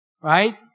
Right